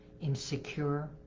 insecure